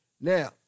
Now